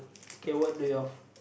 okay what do you all feel